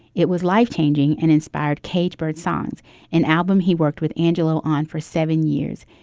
it was life changing and inspired caged bird songs an album he worked with angela on for seven years.